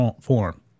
form